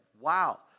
Wow